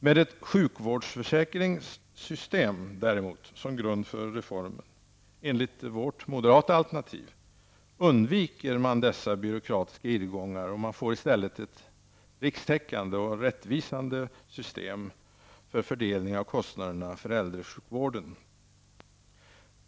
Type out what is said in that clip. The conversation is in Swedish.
Med ett sjukvårdsförsäkringssystem som grund för reformen -- enligt det moderata alternativet -- undviks dessa byråkratiska irrgångar, och man får i stället ett rikstäckande och rättvisande system för fördelning av kostnaderna för äldresjukvården.